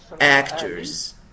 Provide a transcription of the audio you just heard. actors